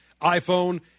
iPhone